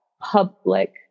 public